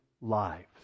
lives